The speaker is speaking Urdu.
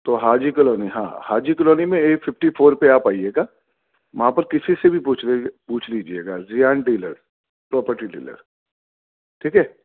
تو حاجی کالونی ہاں ہاں حاجی کالونی میں اے ففٹی فور پہ آپ آئیے گا وہاں پر کسی سے بھی پوچھ لیجیے پوچھ لیجیے گا زیان ڈیلر پراپرٹی ڈیلر ٹھیک ہے